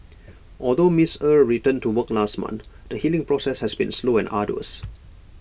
although miss er returned to work last month the healing process has been slow and arduous